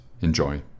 Enjoy